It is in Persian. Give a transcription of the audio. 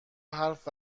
حرف